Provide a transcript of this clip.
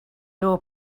doe